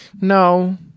no